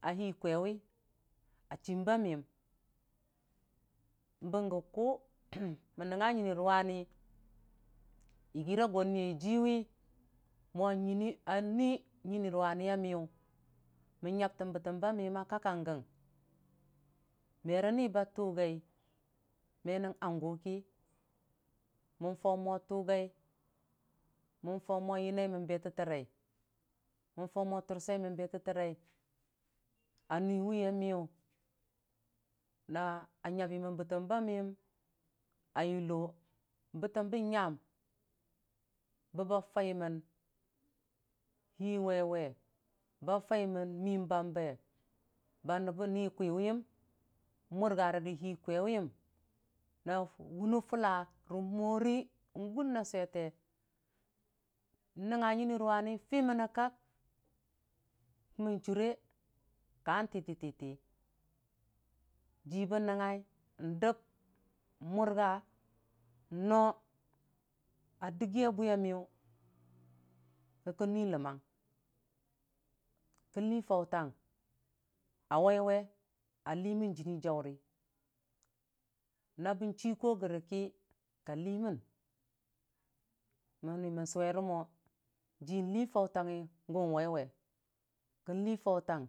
Ahi kwaiwi a chim bə miyəm bəge ko mən nəngng nyini rʊwani yi gira a gon nii ya jiiyʊwi a nyi nyini rʊwana miyʊ mən nyamtən bətəm ba miyəm a kak kagə me rəni ba tugai me nən nangʊ ki mən fau mo tugai, mən fau mo yina mən betə turai, mən fau mo tur seimən betə turai, a nyi wi yam yʊ na nyabi mən bətəm ba miyum a yulo bətəm bə nyam bəbba famən hii waiwe, ba famən miim bambe ba nəbə nikwiwiyə mur gare rə hii kwaiwiyəm na wunə fʊlla rə mori n'gum sweite nɨnga nyi ru wam fimənne kak kə mən chʊre ka titi titi ji bən nɨngai n'dəm mʊrga nə a digiya bwiya miyʊ kikən nyi ləmang kən lii fautang a waiwe a liimən dənnii jaure na bən chi go gəri ki ka liimən mənni mən suwere mə jilii fautang ngi gən waiwe.